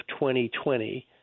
2020